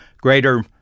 greater